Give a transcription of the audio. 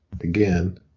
Again